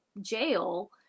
jail